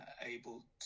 able